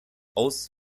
aus